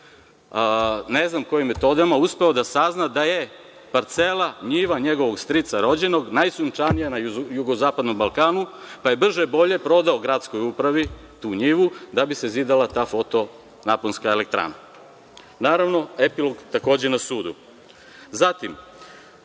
ne znam kojim metodama, uspeo da sazna da je parcela, njiva, njegovog strica rođenog najsunčanija na jugozapadnom Balkanu, pa je brže-bolje prodao gradskoj upravi tu njivu da bi se zidala ta fotonaponska elektrana. Naravno, epilog takođe na sudu. Zatim,